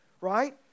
right